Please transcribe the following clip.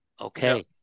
okay